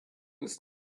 ist